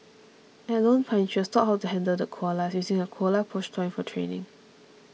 at Lone Pine she was taught how to handle the koalas using a koala plush toy for training